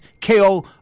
KO